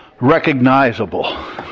recognizable